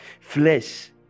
flesh